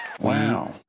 wow